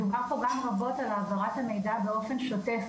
דובר פה גם רבות על העברת המידע באופן שוטף,